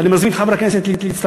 אני מזמין את חברי הכנסת להצטרף,